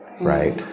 right